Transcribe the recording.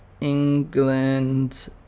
England